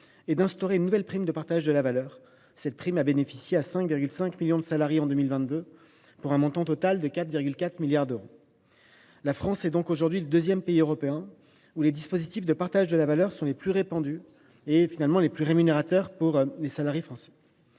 et d’instaurer une nouvelle prime de partage de la valeur. Cette prime a profité à 5,5 millions de salariés en 2022, pour un montant total de 4,4 milliards d’euros. La France est aujourd’hui le deuxième pays européen où les dispositifs de partage de la valeur sont les plus répandus et, en définitive, les plus rémunérateurs pour les salariés.